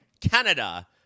Canada